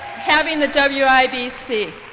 having the yeah wibc.